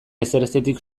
ezerezetik